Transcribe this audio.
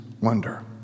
wonder